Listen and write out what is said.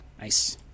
nice